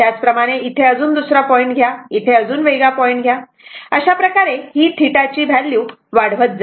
त्याच प्रमाणे इथे अजून दुसरा पॉईंट इथे अजून वेगळा पॉईंट घ्या अशाप्रकारे ही θ ची व्हॅल्यू वाढवत जा